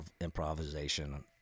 improvisation